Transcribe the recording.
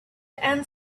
and